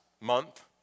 month